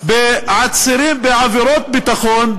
בעצירים בעבירות ביטחון,